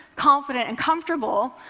confident and comfortable,